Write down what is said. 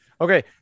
Okay